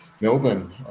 Melbourne